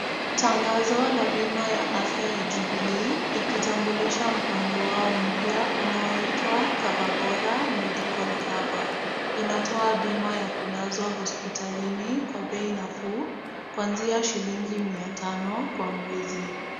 Tangazo la bima ya afya ya Jubilee ikitambulisha mpango wao mpya unaoitwa Cover Bora Medical Cover .Inatoa bima ya kulazwa hospitalini kwa bei nafuu kuanzia shilingi mia tano kwa mwezi.